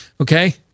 Okay